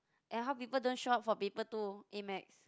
and how people don't show up for paper two A-maths